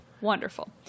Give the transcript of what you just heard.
Wonderful